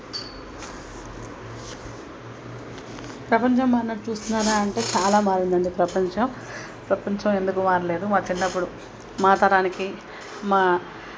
ప్రపంచం మారినట్టు చూస్తున్నారా అంటే చాలా మారింది అండి ప్రపంచం ప్రపంచం ఎందుకు మారలేదు మా చిన్నప్పుడు మా తరానికి మా